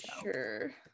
sure